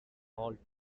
halt